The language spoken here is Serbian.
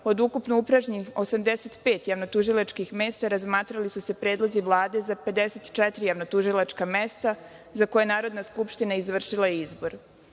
od ukupno upražnjenih 85 javnotužilačkih mesta razmatrali su se predlozi Vlade za 54 javnatužilačka mesta, za koja je Narodna skupština izvršila izbor.